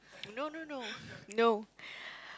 no no no no